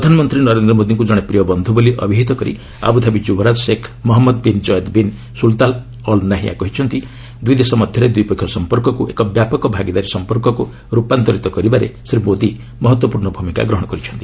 ପ୍ରଧାନମନ୍ତ୍ରୀ ନରେନ୍ଦ୍ର ମୋଦିଙ୍କୁ ଜଣେ ପ୍ରିୟ ବନ୍ଧୁ ବୋଲି ଅଭିହିତ କରି ଆବୁଧାବି ଯୁବରାଜ Sheikh Mohammed bin Zayed bin Sultan Al Nahyan କହିଛନ୍ତି ଦୁଇ ଦେଶ ମଧ୍ୟରେ ଦ୍ୱିପକ୍ଷିୟ ସମ୍ପର୍କକୁ ଏକ ବ୍ୟାପକ ଭାଗିଦାରୀ ସମ୍ପର୍କକୁ ରୂପାନ୍ତରିତ କରିବାରେ ଶ୍ରୀ ମୋଦି ମହତ୍ୱପୂର୍ଣ୍ଣ ଭୂମିକା ଗ୍ରହଣ କରିଛନ୍ତି